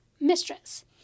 mistress